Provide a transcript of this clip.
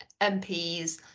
MPs